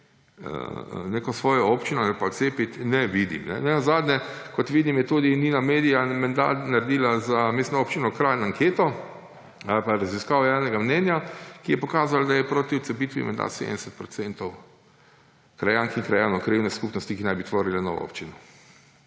neko svojo občino ali pa odcepiti, ne vidi. Nenazadnje, kot vidim, je tudi Ninamedia menda naredila za Mestno občino Kranj anketo ali pa raziskavo javnega mnenja, ki je pokazala, da je proti odcepitvi menda 70 % krajank in krajanov krajevne skupnosti, ki naj bi tvorila novo občino.